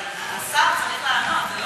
אבל השר צריך לענות.